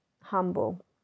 humble